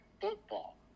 football